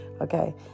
okay